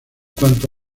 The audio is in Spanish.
cuanto